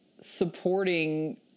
supporting